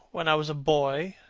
when i was a boy,